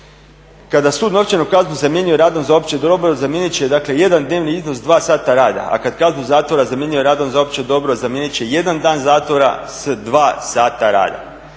Kada sud novčanu kaznu zamjenjuje radom za opće dobro zamijenit će dakle jedan dnevni iznos dva sata rada, a kad kaznu zatvora zamjenjuje radom za opće dobro zamijeniti će jedan dan zatvora s dva sata rada.